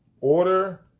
order